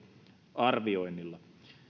arvioinnilla